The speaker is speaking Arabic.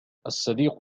الصديق